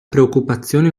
preoccupazione